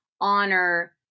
honor